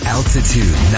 Altitude